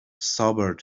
sobered